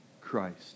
Christ